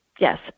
Yes